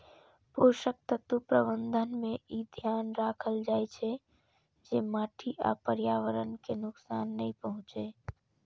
पोषक तत्व प्रबंधन मे ई ध्यान राखल जाइ छै, जे माटि आ पर्यावरण कें नुकसान नै पहुंचै